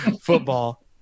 football